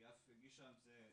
היא אף הגישה על זה,